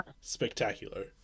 spectacular